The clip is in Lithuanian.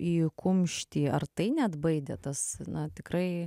į kumštį ar tai neatbaidė tas na tikrai